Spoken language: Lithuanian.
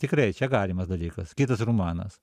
tikrai čia galimas dalykas kitas romanas